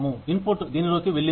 input దీనిలోకి వెళ్ళింది